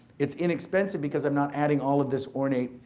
it's inexpensive because i'm not adding all of this ornate,